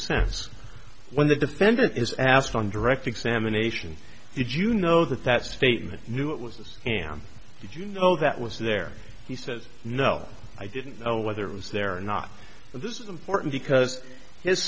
sense when the defendant is asked on direct examination did you know that that statement knew it was an did you know that was there he says no i didn't know whether it was there or not but this is important because